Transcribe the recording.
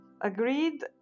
agreed